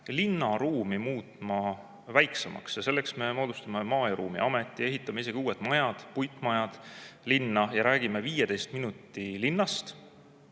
linnaruumi muutma [kompaktsemaks]. Selleks me moodustame maa‑ ja ruumiameti, ehitame uued majad, puitmajad linna ja räägime 15 minuti linnast,